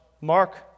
Mark